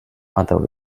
other